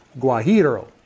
Guajiro